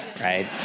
right